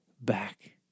back